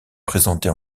présentée